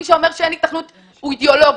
מי שאומר שאין היתכנות הוא אידיאולוג,